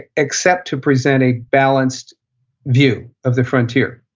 except to present a balanced view of the frontier.